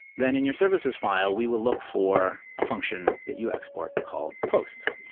then in your services file, we will look for a function that you export called posts,